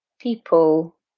people